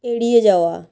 এড়িয়ে যাওয়া